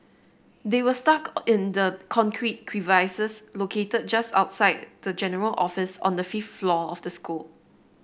they were stuck in the concrete crevices located just outside the general office on the fifth floor of the school